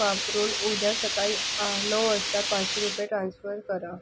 वापरून उद्या सकाळी आ नऊ वाजता पाचशे रुपये ट्रान्स्फर करा